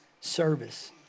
service